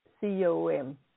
C-O-M